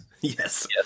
Yes